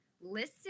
Listen